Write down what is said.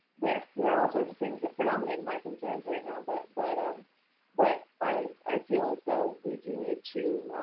there so and are all sorts of things that and um and and my concerns right now, but but um but i i feel as though we do need to